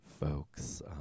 folks